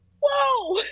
whoa